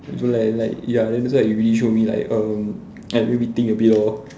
so like like ya then like it really show me like um like let me think a bit lor